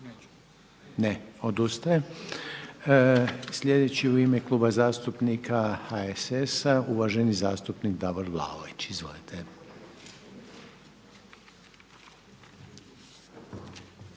Ne, odustaje. Sljedeći u ime Kluba zastupnika HSS-a uvaženi zastupnik Davor Vlaović. Izvolite.